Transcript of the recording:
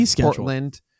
Portland